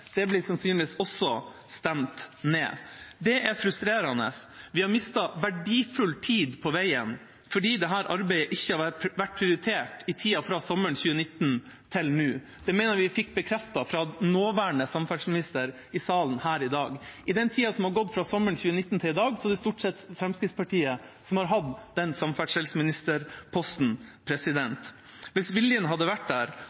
Det blir sannsynligvis også stemt ned. Det er frustrerende. Vi har mistet verdifull tid på veien fordi dette arbeidet ikke har vært prioritert i tida fra sommeren 2019 til nå. Det mener jeg vi fikk bekreftet fra nåværende samferdselsminister i salen her i dag. I den tida som har gått fra sommeren 2019 til i dag, er det stort sett Fremskrittspartiet som har hatt samferdselsministerposten. Hvis viljen hadde vært der,